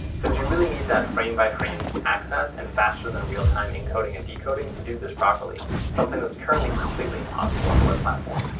since you really need that frame-by-frame access and faster-than-real-time encoding and decoding to do this properly, something that's currently completely impossible on the web platform,